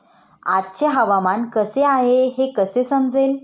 आजचे हवामान कसे आहे हे कसे समजेल?